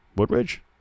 Woodridge